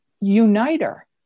uniter